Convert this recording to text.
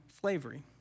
slavery